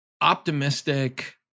optimistic